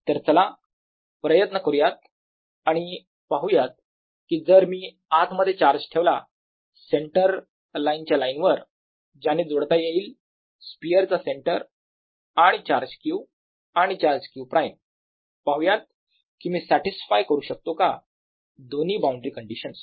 तर चला प्रयत्न करूयात आणि पाहुयात कि जर मी आत मध्ये चार्ज ठेवला सेंटर लाईनच्या लाईनवर ज्याने जोडता येईल जोडतो स्पियरचा सेंटर आणि चार्ज q आणि चार्ज q′ आणि पाहुयात कि मी सॅटिसफाय करू शकतो का दोन्ही बाउंड्री कंडीशन्स